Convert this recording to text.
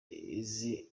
izi